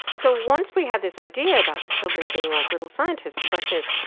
so, once we have this idea about the children being like little scientists, the question is,